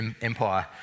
Empire